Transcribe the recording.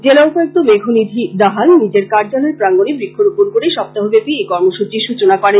জেলা উপায়ুক্ত মেঘ নিধি দাহাল নিজের কার্য্যলয় প্রাঙ্গনে বৃক্ষ রোপন করে সপ্তাহব্যাপী এই কর্মসূচীর সূচনা করেন